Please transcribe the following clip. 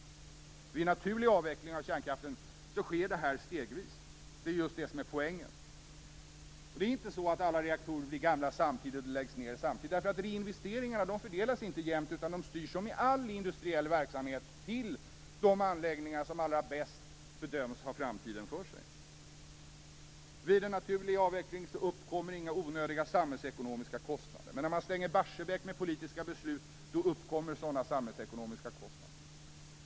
Vid en naturlig avveckling av kärnkraften sker det här stegvis. Det är just det som är poängen. Alla reaktorer blir inte gamla samtidigt och läggs inte ned samtidigt, eftersom reinvesteringarna inte fördelas jämt. De styrs, som i all industriell verksamhet, till de anläggningar som bedöms ha framtiden för sig. Vid en naturlig avveckling uppkommer inga onödiga samhällsekonomiska kostnader. Men när man stänger Barsebäck med politiska beslut uppkommer sådana samhällsekonomiska kostnader.